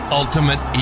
ultimate